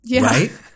right